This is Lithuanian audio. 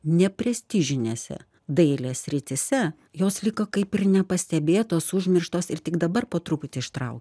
neprestižinėse dailės srityse jos liko kaip ir nepastebėtos užmirštos ir tik dabar po truputį ištrau